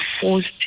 forced